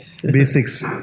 Basics